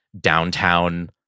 downtown